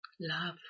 Love